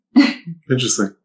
Interesting